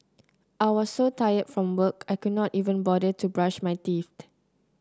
I was so tired from work I could not even bother to brush my teeth